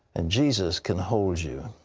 and jesus can hold you.